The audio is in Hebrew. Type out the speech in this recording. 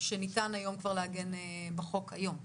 שניתן היום כבר לעגן בחוק, היום.